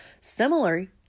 Similarly